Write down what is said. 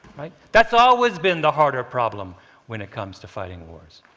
that's always been the harder problem when it comes to fighting wars.